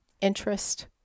interest